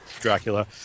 Dracula